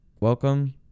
Welcome